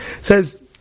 Says